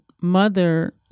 mother